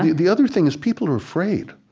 the the other thing is people are afraid.